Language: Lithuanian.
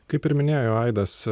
kaip ir minėjo aidas